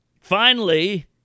finally-